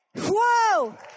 Whoa